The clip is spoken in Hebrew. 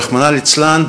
רחמנא ליצלן,